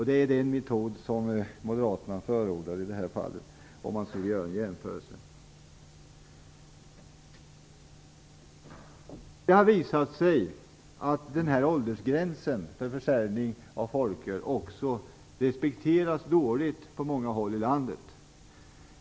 Det är den metod som Moderaterna förordar i detta fall, om man skulle göra en jämförelse. Det har visat sig att åldersgränsen för inköp av folköl respekteras dåligt på många håll i landet.